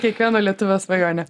kiekvieno lietuvio svajonė